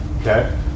Okay